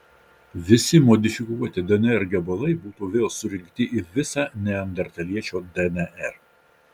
visi modifikuoti dnr gabalai būtų vėl surinkti į visą neandertaliečio dnr